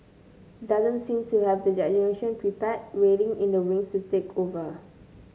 doesn't seem to have that generation prepared waiting in the wings to take over